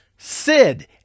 Sid